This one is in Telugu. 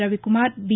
రవికుమార్ బి